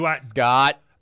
Scott